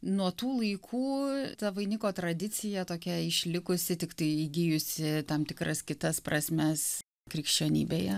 nuo tų laikų ta vainiko tradicija tokia išlikusi tiktai įgijusi tam tikras kitas prasmes krikščionybėje